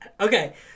Okay